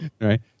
right